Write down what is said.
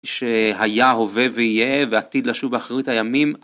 שהיה, הווה ויהיה, ועתיד לשוב באחרית הימים.